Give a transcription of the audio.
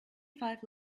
five